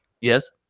yes